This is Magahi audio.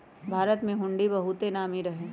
भारत में हुंडी बहुते नामी रहै